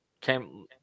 came